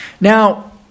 Now